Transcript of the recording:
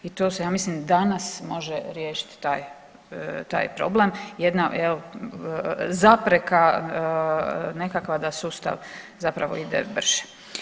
I to se ja mislim danas može riješiti taj, taj problem, jedan jel zapreka nekakva da sustav zapravo ide brže.